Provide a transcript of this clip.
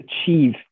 achieve